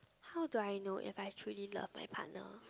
how do I know if I true in love my partner